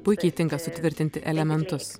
puikiai tinka sutvirtinti elementus